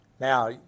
now